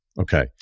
Okay